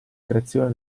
creazione